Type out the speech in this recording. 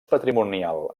patrimonial